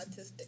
autistic